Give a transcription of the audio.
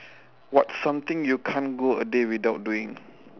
what's something you can't go a day without doing